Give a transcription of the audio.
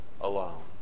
alone